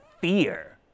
fear